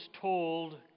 told